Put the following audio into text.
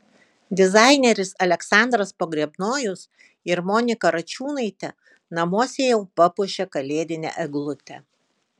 dizaineris aleksandras pogrebnojus ir monika račiūnaitė namuose jau papuošė kalėdinę eglutę